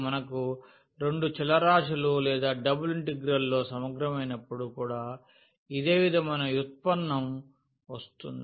మనకు రెండు చలరాశులు లేదా డబుల్ ఇంటిగ్రల్ లో సమగ్రమైనప్పుడు కూడా ఇదే విధమైన వ్యుత్పన్నం వస్తుంది